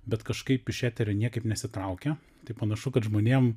bet kažkaip iš eterio niekaip nesitraukia tai panašu kad žmonėm